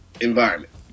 environment